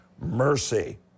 mercy